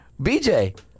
BJ